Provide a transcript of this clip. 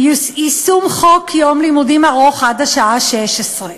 "יישום חוק יום לימודים ארוך עד השעה 16:00,